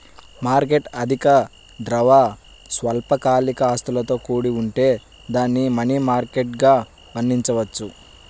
market అధిక ద్రవ, స్వల్పకాలిక ఆస్తులతో కూడి ఉంటే దానిని మనీ మార్కెట్గా వర్ణించవచ్చు